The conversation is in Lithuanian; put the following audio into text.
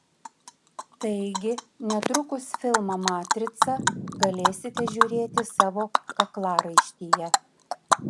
taigi netrukus filmą matrica galėsite žiūrėti savo kaklaraištyje